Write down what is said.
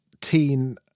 teen